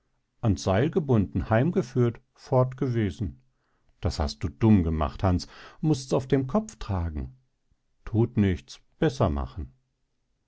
ans seil gebunden heim geführt fort gewesen das hast du dumm gemacht hans mußts auf dem kopf tragen thut nichts besser machen